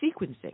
sequencing